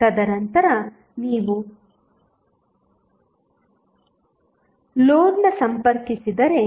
ತದನಂತರ ನೀವು ಲೋಡ್ಸಂಪರ್ಕಿಸಿದರೆ